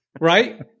Right